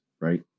right